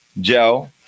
Joe